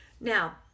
Now